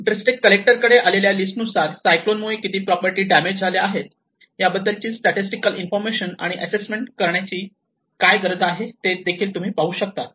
district collector कडे आलेल्या list नुसार सायक्लोन मुळे किती प्रॉपर्टी डॅमेज झाल्या आहेत याबद्दलची स्टॅटिस्टिकल इन्फॉर्मेशन आणि असेसमेंट करण्यासाठी काय गरजा आहेत ते तुम्ही पाहू शकतात